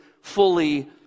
fully